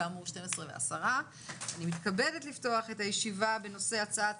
כאמור 12:10. אני מתכבדת לפתוח את הישיבה בנושא הצעת